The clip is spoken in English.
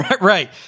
Right